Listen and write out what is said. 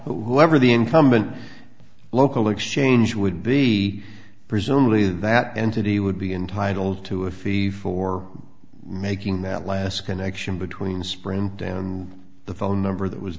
whoever the incumbent local exchange would be presumably that entity would be entitle to a fee for making that last connection between sprint down the phone number that was